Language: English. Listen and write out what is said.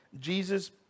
jesus